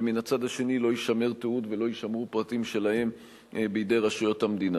ומן הצד השני לא יישמר תיעוד ולא יישמרו פרטים שלהם בידי רשויות המדינה.